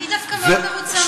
אני דווקא מאוד מרוצה מהתוכן.